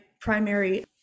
primary